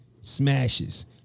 smashes